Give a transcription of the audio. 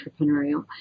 entrepreneurial